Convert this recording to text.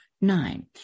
nine